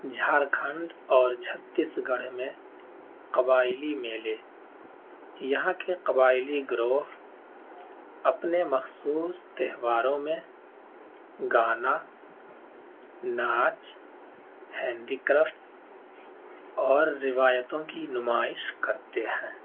جھارکھنڈ اور چھتیس گڑھ میں قبائلی میلے یہاں کے قبائلی گروہ اپنے مخصوص تہواروں میں گانا ناچ ہینڈی کرافٹس اور روایتوں کی نمائش کرتے ہیں